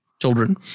Children